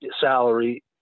salary